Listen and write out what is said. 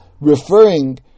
referring